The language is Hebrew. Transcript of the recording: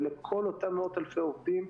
ולכל אותם מאות אלפי עובדים,